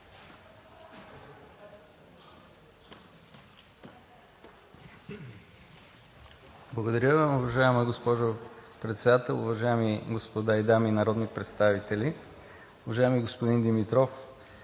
Благодаря. Уважаема госпожо Председател, уважаеми господа и дами народни представители! Уважаеми господин Димитров,